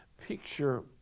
picture